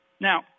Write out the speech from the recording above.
Now